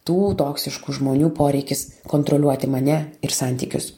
tų toksiškų žmonių poreikis kontroliuoti mane ir santykius